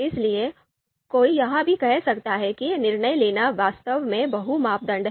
इसलिए कोई यह भी कह सकता है कि निर्णय लेना वास्तव में बहु मापदंड है